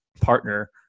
partner